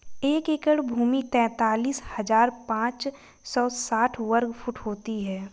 एक एकड़ भूमि तैंतालीस हज़ार पांच सौ साठ वर्ग फुट होती है